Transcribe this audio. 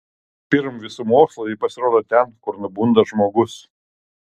pirm visų mokslų ji pasirodo ten kur nubunda žmogus